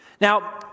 Now